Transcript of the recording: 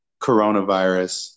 coronavirus